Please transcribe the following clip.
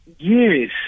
Yes